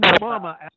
mama